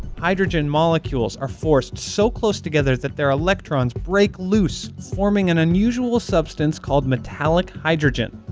hydrogen molecules are forced so close together that their electrons break loose, forming an unusual substance called metallic hydrogen.